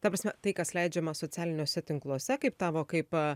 ta prasme tai kas leidžiama socialiniuose tinkluose kaip tavo kaip